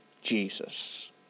Jesus